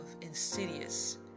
insidious